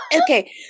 Okay